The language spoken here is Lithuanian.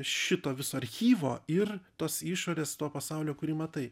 šito viso archyvo ir tos išorės to pasaulio kurį matai